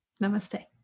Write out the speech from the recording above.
Namaste